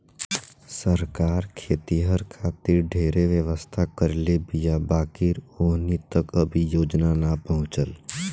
सरकार खेतिहर खातिर ढेरे व्यवस्था करले बीया बाकिर ओहनि तक अभी योजना ना पहुचल